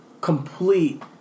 complete